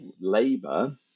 labour –